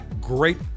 great